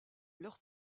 leur